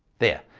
there.